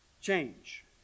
change